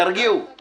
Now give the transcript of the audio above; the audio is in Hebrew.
אם